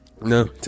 No